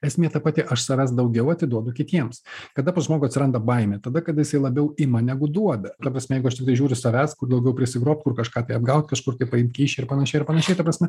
esmė ta pati aš savęs daugiau atiduodu kitiems kada pas žmogų atsiranda baimė tada kada jisai labiau ima negu duoda ta prasme jeigu aš tiktai žiūriu savęs kur daugiau prisigrobt kur kažką tai apgaut kažkur tai paimt kyšį ir panašiai ir panašiai ta prasme